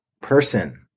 person